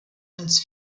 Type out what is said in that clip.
als